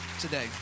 today